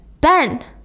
Ben